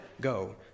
go